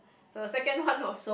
so second one was